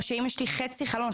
או אם יש לי חצי חלון,